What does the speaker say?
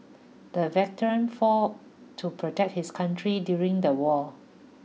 the veteran fought to protect his country during the war